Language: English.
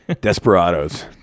Desperados